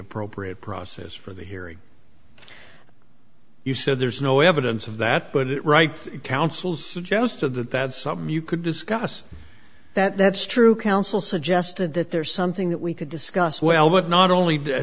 appropriate process for the hearing you said there's no evidence of that but it right counsel suggested that that's something you could discuss that that's true counsel suggested that there's something that we could discuss well but not only d